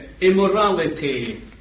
immorality